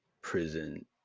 prison